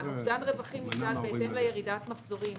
אובדן הרווחים נמדד בהתאם לירידת המחזורים